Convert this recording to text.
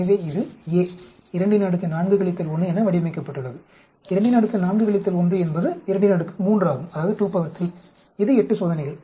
எனவே இது A 24 1 என வடிவமைக்கப்பட்டுள்ளது 24 1 என்பது 23 ஆகும் இது 8 சோதனைகள்